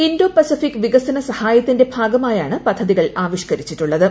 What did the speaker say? Indo Pacific വികസന സഹായത്തിന്റെ ഭാഗമായാണ് പദ്ധതികൾ ആവിഷ്കരിച്ചിട്ടുള്ളത്